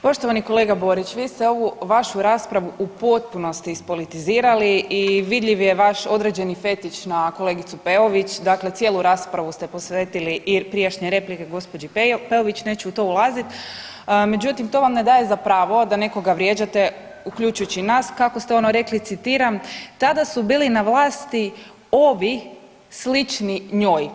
Poštovani kolega Borić, vi ste ovu vašu raspravu u potpunosti ispolitizirali i vidljiv je vaš određeni fetiš na kolegicu Peović, dakle cijelu raspravu ste posvetili i prijašnje replike gđi. Peović, neću u to ulazit, međutim to vam ne daje za pravo da nekoga vrijeđate uključujući i nas kako ste ono rekli, citiram, tada su bili na vlasti ovi slični njoj.